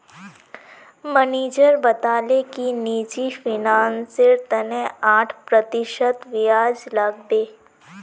manager बताले कि निजी फिनांसेर तने आठ प्रतिशत ब्याज लागबे